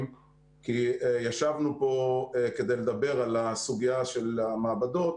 כי ישבנו פה כדי לדבר על הסוגיה של המעבדות,